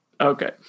Okay